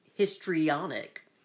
Histrionic